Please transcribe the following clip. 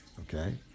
Okay